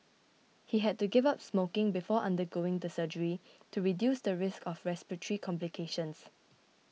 he had to give up smoking before undergoing the surgery to reduce the risk of respiratory complications